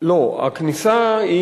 אפילו ללא חשד שנעברה עבירה, לא, הכניסה היא